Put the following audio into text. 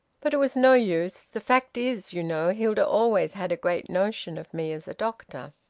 but it was no use. the fact is, you know, hilda always had a great notion of me as a doctor.